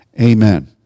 Amen